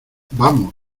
vamos